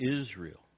Israel